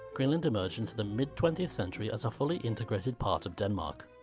greenland emerged into the mid twentieth century as a fully integrated part of denmark.